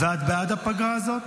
ואת בעד הפגרה הזו?